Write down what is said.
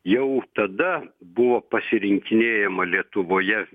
jau tada buvo pasirinkinėjama lietuvoje